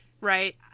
Right